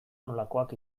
nolakoak